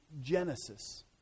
Genesis